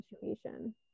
situation